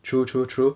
true true true